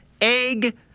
egg